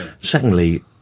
Secondly